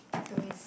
to his